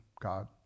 God